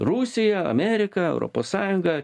rusija amerika europos sąjunga